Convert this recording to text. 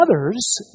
others